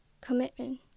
commitment